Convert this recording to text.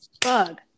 bug